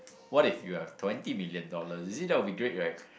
what if you have twenty million dollars you see that would be great right